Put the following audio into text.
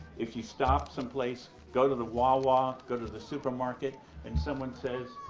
if you stop some place, go to the wah-wah, go to the supermarket and someone says,